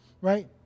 Right